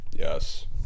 yes